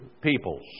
peoples